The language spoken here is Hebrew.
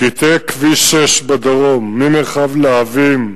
קטעי כביש 6 בדרום, ממרחב להבים,